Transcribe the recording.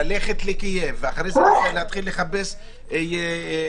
ללכת לקייב ואחרי זה להתחיל לחפש טיסות